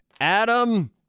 Adam